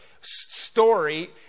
story